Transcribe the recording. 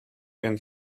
and